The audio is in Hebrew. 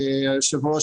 היושב-ראש,